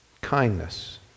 kindness